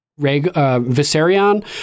Viserion